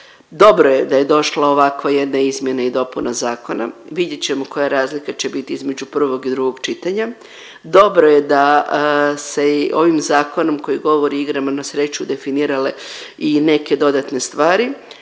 Dobro je da je došla ovakva jedna izmjena i dopuna zakona, vidjet ćemo koja razlika će bit između prvog i drugog čitanja. Dobro je da se i ovim zakonom koji govori o igrama na sreću definirale i neke dodatne stvari.